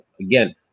Again